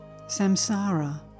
Samsara